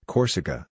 Corsica